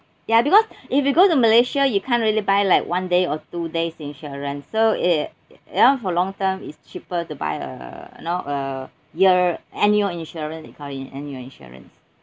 ya because if you go to malaysia you can't really buy like one day or two days insurance so it all for long term it's cheaper to buy a you know uh year annual insurance they call it annual insurance